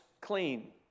clean